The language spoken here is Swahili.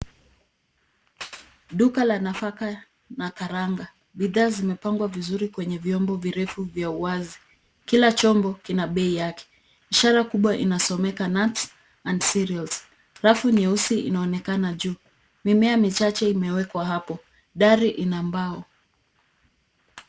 Duka la nafaka na karanga. Bidhaa zimepangwa vizuri kwenye vyombo virefu vya wazi. Kila chombo kina bei yake. Ishara kubwa inasomeka Nuts & Cereals. Rafu nyeusi inaonekana juu. Mimea michache imewekwa hapo. Dari ina mbao.